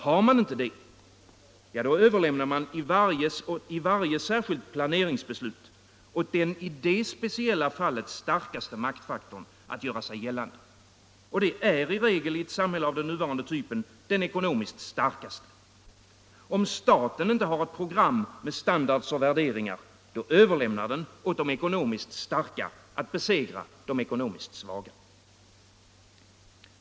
Har man det inte — då överlämnar man vid varje särskilt planeringsbeslut åt den i det speciella fallet starkaste maktfaktorn att göra sig gällande. Och det är i regel i ett samhälle av den nuvarande typen den ekonomiskt starkaste. Om staten inte har ett program med standarder och värderingar, då överlämnar den åt de eko: nomiskt starka att besegra de ekonomiskt svaga.